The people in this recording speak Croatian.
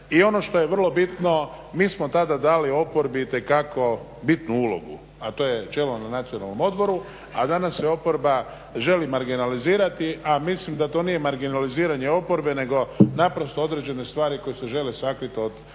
I ono što je vrlo bitno, mi smo tada dali oporbi itekako bitnu ulogu, a to je čelo na Nacionalnom odboru, a danas se oporba želi marginalizirati, a mislim da to nije marginaliziranje oporbe nego naprosto određene stvari koje se žele sakrit od